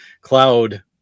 cloud